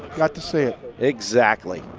got to see it. exactly,